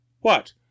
What